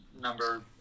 number